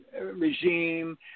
regime